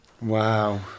Wow